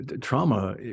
trauma